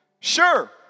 Sure